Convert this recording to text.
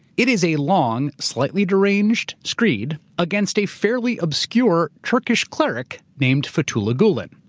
it is a long, slightly deranged screed against a fairly obscure turkish cleric named fethullah gulen.